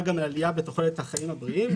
גם על העלייה בתוחלת החיים הבריאים.